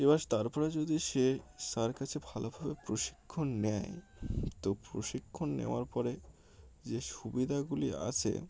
এবার তার পরে যদি সে স্যারের কাছে ভালোভাবে প্রশিক্ষণ নেয় তো প্রশিক্ষণ নেওয়ার পরে যে সুবিধাগুলি আছে